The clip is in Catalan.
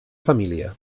família